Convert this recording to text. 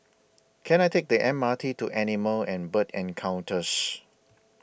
Can I Take The M R T to Animal and Bird Encounters